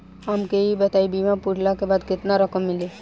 हमके ई बताईं बीमा पुरला के बाद केतना रकम मिली?